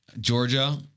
Georgia